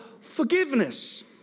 forgiveness